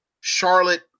Charlotte